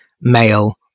male